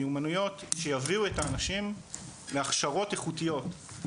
מיומנויות שיביאו את האנשים להכשרות איכותיות.